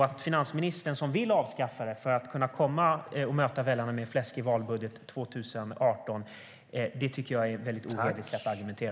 Att finansministern vill avskaffa det för att kunna möta väljarna med fläsk i valbudgeten 2018 är ett väldigt ohederligt sätt att argumentera.